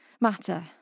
matter